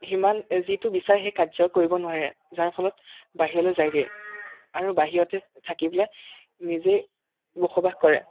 সিমান যিটো বিচাৰে সেই কাৰ্য কৰিব নোৱাৰে যাৰ ফলত বাহিৰলৈ যায়গৈ আৰু বাহিৰতে থাকি পেলাই নিজে বসবাস কৰে